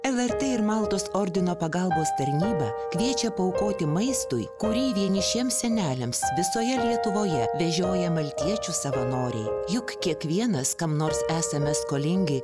lrt ir maltos ordino pagalbos tarnyba kviečia paaukoti maistui kurį vienišiems seneliams visoje lietuvoje vežioja maltiečių savanoriai juk kiekvienas kam nors esame skolingi